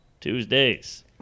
Tuesdays